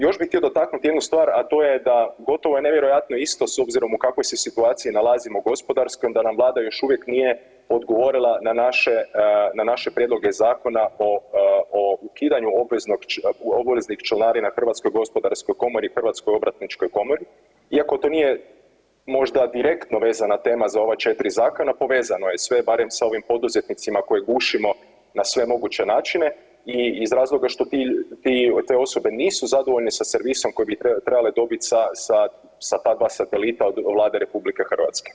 Još bih htio dotaknuti jednu stvar da gotovo je nevjerojatno isto s obzirom u kakvoj se situaciji nalazimo gospodarskoj da nam Vlada još uvijek nije odgovorila na naše, na naše prijedloga zakona o ukidanju obveznog, obaveznih članarina Hrvatskoj gospodarskoj komori i Hrvatskoj obrtničkoj komori iako to nije možda direktno vezana tema za ova 4 zakona, povezano je sve barem sa ovim poduzetnicima koje gušimo na sve moguće načine i iz razloga što ti, ti, te osobe nisu zadovoljne sa servisom koji bi trebale dobiti sa ta dva satelita od Vlade RH.